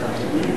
אלסאנע.